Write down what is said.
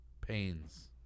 pains